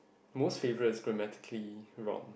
most favourite is grammatically wrong